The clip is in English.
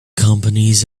companies